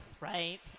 right